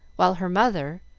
while her mother,